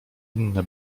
inne